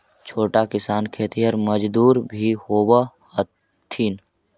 छोटा किसान खेतिहर मजदूर भी होवऽ हथिन